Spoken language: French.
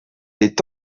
est